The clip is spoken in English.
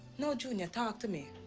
no, junior. talk to me.